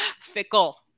Fickle